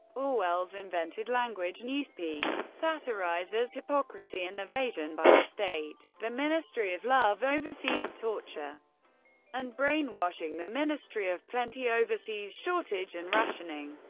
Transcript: orwell's invented language, newspeak, satirises hypocrisy and evasion by the state the ministry of love oversees torture and brainwashing, the ministry of plenty oversees shortage and rationing,